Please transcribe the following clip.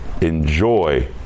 enjoy